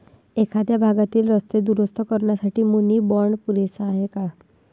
एखाद्या भागातील रस्ते दुरुस्त करण्यासाठी मुनी बाँड पुरेसा आहे का?